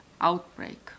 outbreak